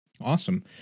Awesome